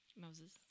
Moses